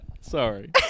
Sorry